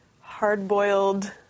Hard-boiled